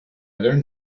learn